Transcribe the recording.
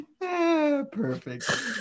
Perfect